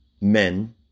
men